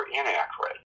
inaccurate